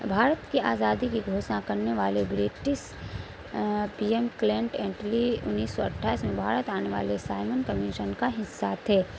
بھارت کی آزادی کی گھوشنا کرنے والے British PM Clement Attlee انیس سو اٹھائیس میں بھارت آنے والے سائمن کمیشن کا حصہ تھے